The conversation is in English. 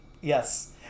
Yes